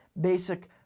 basic